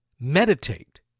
Meditate